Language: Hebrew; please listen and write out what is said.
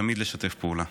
תמיד לשתף פעולה.